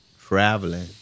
traveling